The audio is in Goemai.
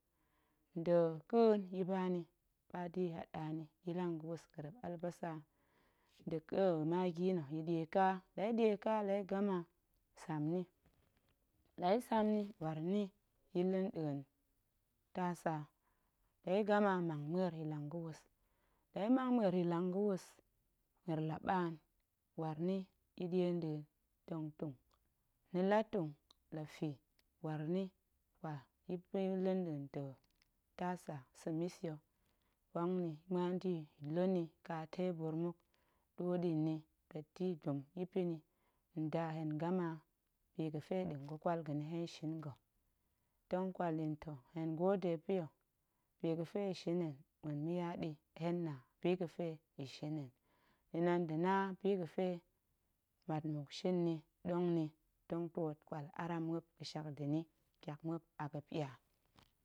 Nda̱ ƙa̱a̱n ya̱ ba nni ba da̱ ya̱ haɗa ni ya̱ lang ga̱wus, gerrep albasa nda̱ ƙe magi nna̱ ya̱ ɗie ƙa, la ya̱ ɗie ƙa ya̱ gama ya̱ sam nni, la ya̱ sam ni, waar ni ya̱ ɗie nɗa̱a̱n tasa, la ya̱ gama mang muer ya̱ lang ga̱wus, la ya̱ mang muer ya̱ lang ga̱wus, muer la ɓaan waar ni ya̱ ɗie nɗa̱a̱n tong tung, ni la tung la fii waar nkwa ya̱ piring ya̱ nɗa̱a̱n nda̱ tasa sa̱ mis ya̱, mang nni muan da̱ ya̱ la̱ ni ƙa tebur muk, ɗuu ɗi nni pet da̱ ya̱ dum ya̱ pa̱ni nda hen gama bi ga̱fe ɗin ga̱ƙwal ga̱ni hen shin nga̱, tong ƙwal yin toh hen gode pa̱ ya̱, bi gəfe ya̱ shin hen muen ma̱ ya ɗi hen na bi ga̱fe ya̱ shin hen, ni tong da̱ na bi ga̱fe mat muk shin nni ɗong nni, muop tong twoot ƙwal aram muop ga̱shak nda̱ ni, tyak muop a ga̱pya.